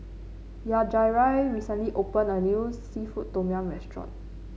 Yajaira recently opened a new seafood Tom Yum restaurant